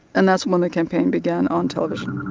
and that's when the campaign began on television.